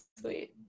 sweet